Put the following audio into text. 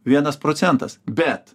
vienas procentas bet